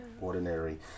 ordinary